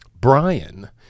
Brian